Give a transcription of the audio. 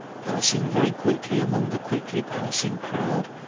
passing very quickly among the quickly passing crowd,